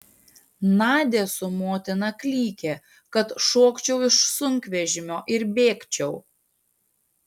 nadia su motina klykė kad šokčiau iš sunkvežimio ir bėgčiau